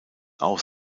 auch